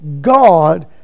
God